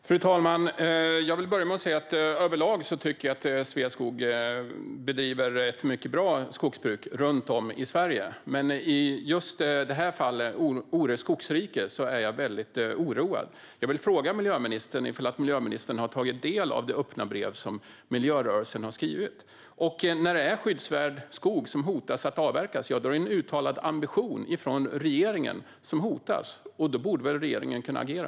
Fru talman! Jag tycker att Sveaskog bedriver ett mycket bra skogsbruk runt om i Sverige överlag. Men i just det där fallet, Ore skogsrike, är jag mycket oroad. Har miljöministern tagit del av det öppna brev som miljörörelsen har skrivit? När skyddsvärd skog hotas av avverkning är det en uttalad ambition som hotas. Då borde väl regeringen kunna agera.